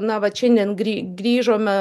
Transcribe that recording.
na vat šiandien grį grįžome